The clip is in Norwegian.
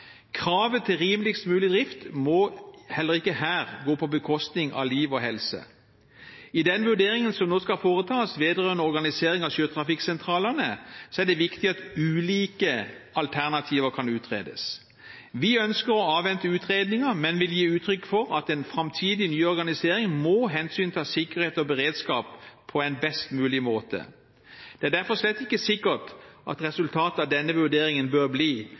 Kravet til rimeligst mulig drift må heller ikke her gå på bekostning av liv og helse. I den vurderingen som nå skal foretas vedrørende organisering av sjøtrafikksentralene, er det viktig at ulike alternativer kan utredes. Vi ønsker å avvente utredningen, men vil gi uttrykk for at en framtidig ny organisering må hensynta sikkerhet og beredskap på en best mulig måte. Det er derfor slett ikke sikkert at resultatet av denne vurderingen bør bli